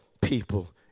people